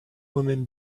women